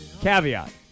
caveat